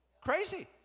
Crazy